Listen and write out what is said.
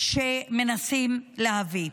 שמנסים להביא.